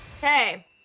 Hey